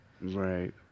Right